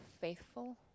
faithful